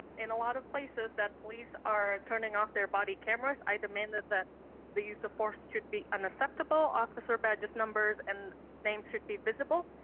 in a lot of places that police are turning off their body cameras, i demand that that the use of force should be unaffected. but officer badges numbers and names should be visible.